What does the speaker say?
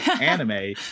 anime